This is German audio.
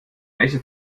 nächste